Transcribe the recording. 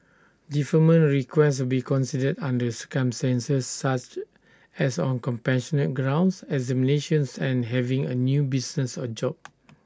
deferment requests will be considered under circumstances such as on compassionate grounds examinations and having A new business or job